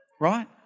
Right